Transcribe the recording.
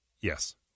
Yes